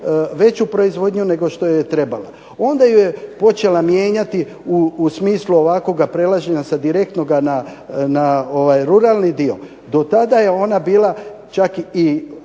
veću proizvodnju nego što joj je trebala, onda je počela mijenjati u smislu ovakvoga prelaženja sa direktnoga na ruralni dio. Do tada je ona bila čak i